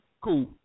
cool